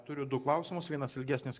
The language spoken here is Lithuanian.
turiu du klausimus vienas ilgesnis